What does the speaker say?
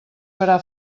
farà